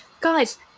guys